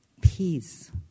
peace